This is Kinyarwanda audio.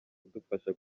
kudufasha